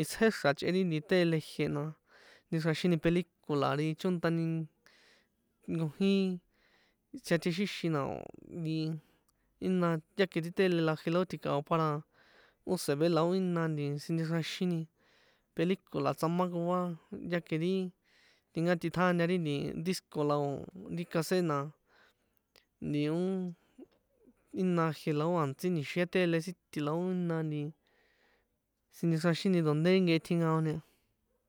itsjé xra̱ chꞌe ri nti tele, jie na chexroaxini película ri chontani nkojin tsjiatexixin na o̱ nti jína, ya ke ri tele la jie la tji̱ka̱o para usb la ó jína sinchexroaxini película tsamakoa, ya ke ri tinkatiṭjaña ri nti disco, la o̱ ri caset na nti ó jína jie la ó antsi ni̱xiĕ tele siti, la ó jína nti sinchexroaxini donde ri nkehe tjiankaoni a.